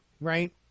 right